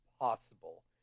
possible